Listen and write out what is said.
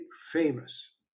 famous